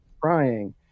crying